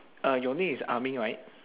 uh your name is amin right